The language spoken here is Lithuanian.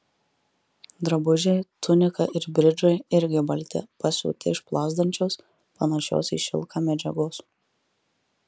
drabužiai tunika ir bridžai irgi balti pasiūti iš plazdančios panašios į šilką medžiagos